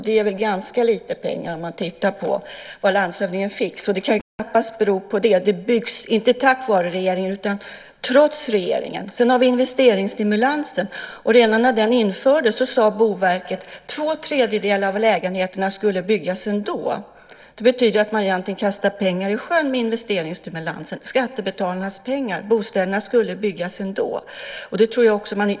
Det är ganska lite pengar om man tittar på vad landshövdingen fick. Det kan knappast bero på det. Det byggs inte tack vare regeringen utan trots regeringen. Sedan har vi investeringsstimulansen. Redan när den infördes sade Boverket att två tredjedelar av lägenheterna skulle byggas ändå. Det betyder att man egentligen kastar pengar, skattebetalarnas pengar, i sjön med investeringsstimulansen. Bostäderna skulle byggas ändå.